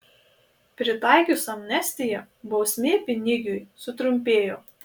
pritaikius amnestiją bausmė pinigiui sutrumpėjo